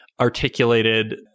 articulated